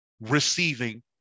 receiving